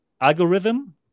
algorithm